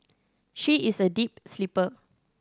she is a deep sleeper